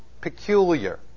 peculiar